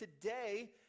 today